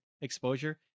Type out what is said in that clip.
exposure